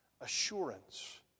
assurance